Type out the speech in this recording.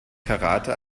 karate